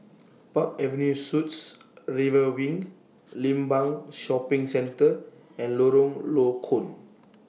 Park Avenue Suites River Wing Limbang Shopping Center and Lorong Low Koon